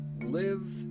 Live